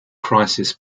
crisis